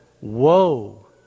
Woe